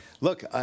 Look